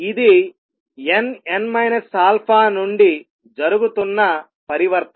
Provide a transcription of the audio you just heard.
ఇది n n α నుండి జరుగుతున్న పరివర్తన